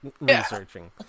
researching